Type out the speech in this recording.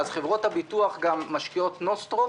חברות הביטוח גם משקיעות נוסטרו,